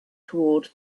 toward